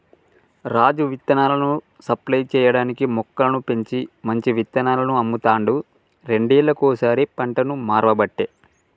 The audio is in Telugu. రాజు విత్తనాలను సప్లై చేయటానికీ మొక్కలను పెంచి మంచి విత్తనాలను అమ్ముతాండు రెండేళ్లకోసారి పంటను మార్వబట్టే